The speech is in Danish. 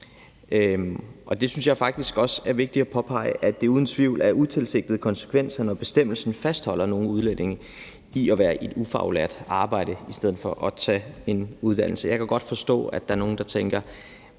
Og jeg synes faktisk også, det er vigtigt at påpege, at det uden tvivl er utilsigtede konsekvenser, når bestemmelsen fastholder nogle udlændinge i at være i et ufaglært arbejde i stedet for at tage en uddannelse. Jeg kan godt forstå, at der er nogle, der tænker: